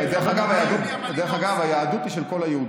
דרך אגב, היהדות היא של כל היהודים.